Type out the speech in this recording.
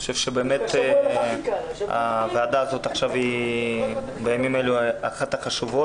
אני חושב שהוועדה הזאת בימים אלו היא אחת החשובות.